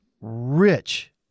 rich